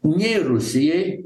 nei rusijai